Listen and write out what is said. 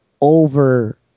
over